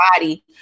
body